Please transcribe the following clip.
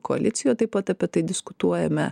koalicijoj taip pat apie tai diskutuojame